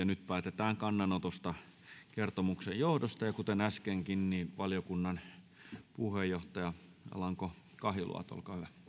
nyt päätetään kannanotosta kertomuksen johdosta ja kuten äskenkin valiokunnan puheenjohtaja alanko kahiluoto